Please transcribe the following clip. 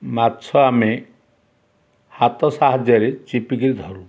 ମାଛ ଆମେ ହାତ ସାହାଯ୍ୟରେ ଚିପିକିରି ଧରୁ